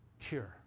cure